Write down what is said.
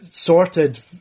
sorted